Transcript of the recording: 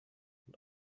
und